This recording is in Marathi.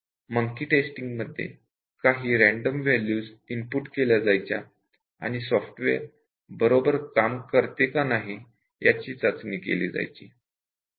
मंकी टेस्टिंग मध्ये काही रँडम व्हॅल्यूज इनपुट केल्या जायच्या आणि सॉफ्टवेअर बरोबर काम करते का नाही याची टेस्टिंग केली जायची